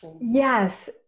yes